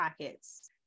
pockets